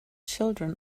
children